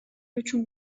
үчүн